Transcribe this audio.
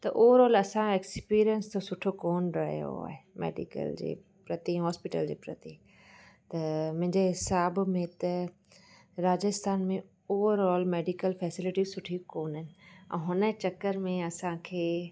त ओवरऑल असांजो एक्सपीरियंस त सुठो कोन रहियो आहे मैडिकल जे प्रति हॉस्पिटल जे प्रति त मुंहिंजे हिसाब में त राजस्थान में ओवरऑल मैडिकल फैसिलिटी सुठी कोन ऐं हुन चक्कर में असांखे